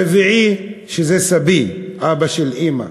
הרביעי, שזה סבי, אבא של אימא,